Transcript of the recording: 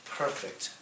perfect